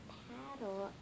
paddle